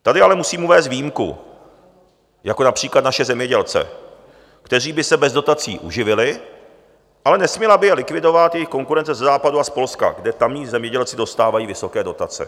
Tady ale musím uvést výjimku, jako například naše zemědělce, kteří by se bez dotací uživili, ale nesměla by je likvidovat jejich konkurence ze Západu a z Polska, kde tamní zemědělci dostávají vysoké dotace.